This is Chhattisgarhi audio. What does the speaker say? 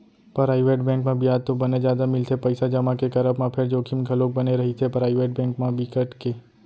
पराइवेट बेंक म बियाज तो बने जादा मिलथे पइसा जमा के करब म फेर जोखिम घलोक बने रहिथे, पराइवेट बेंक म बिकट के